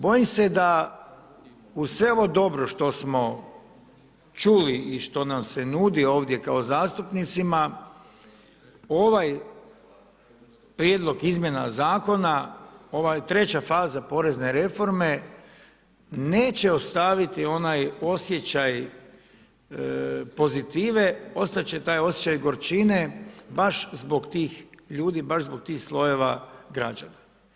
Bojim se da uz sve ovo dobro što smo čuli i što nam se nudi ovdje kao zastupnicima, ovaj, prijedlog izmjene zakona, ova treća faza porezne reforme, neće ostaviti onaj osjećaj pozitive, ostati će taj osjećaj gorčine, baš zbog tih ljudi, baš zbog tih slojeva građana.